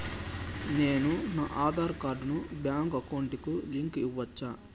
నేను నా ఆధార్ కార్డును బ్యాంకు అకౌంట్ కి లింకు ఇవ్వొచ్చా?